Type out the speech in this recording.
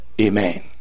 Amen